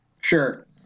Sure